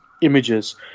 images